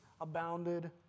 abounded